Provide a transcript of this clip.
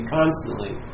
constantly